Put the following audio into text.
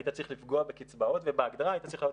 היית צריך לפגוע בקצבאות ובהגדרה היית צריך להעלות